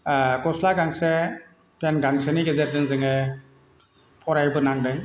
गस्ला गांसे पेन्ट गांसेनि गेजेरजों जोङो फरायबोनांदों